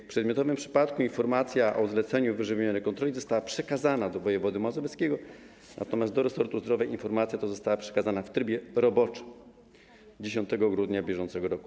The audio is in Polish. W przedmiotowym przypadku informacja o zleceniu ww. kontroli została przekazana do wojewody mazowieckiego, natomiast do resortu zdrowia informacja ta została przekazana w trybie roboczym 10 grudnia br.